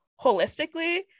holistically